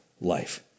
life